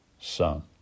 Son